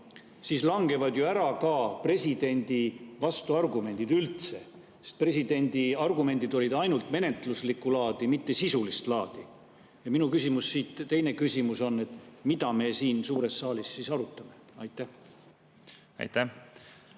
langevad ju üldse ära ka presidendi vastuargumendid, sest presidendi argumendid olid ainult menetluslikku laadi, mitte sisulist laadi. Ja minu teine küsimus on, et mida me siin suures saalis siis arutame. Aitäh!